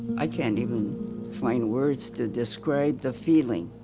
i can't even find words to describe the feeling.